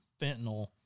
fentanyl